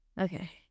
okay